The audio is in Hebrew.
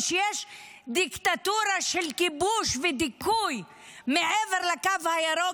כשיש דיקטטורה של כיבוש ודיכוי מעבר לקו הירוק,